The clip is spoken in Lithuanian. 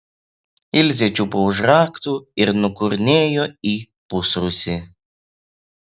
ilzė čiupo už raktų ir nukurnėjo į pusrūsį